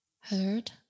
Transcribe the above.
heard